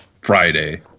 Friday